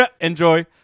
enjoy